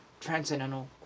transcendental